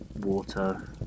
water